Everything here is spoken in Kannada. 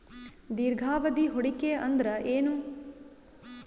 ದೀರ್ಘಾವಧಿ ಹೂಡಿಕೆ ಅಂದ್ರ ಏನು?